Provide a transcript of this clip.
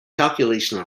calculation